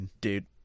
Dude